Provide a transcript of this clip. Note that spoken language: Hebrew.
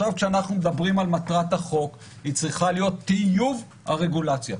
כשאנחנו מדברים על מטרת החוק היא צריכה להיות טיוב הרגולציה.